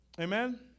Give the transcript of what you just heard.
amen